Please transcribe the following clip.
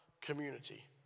community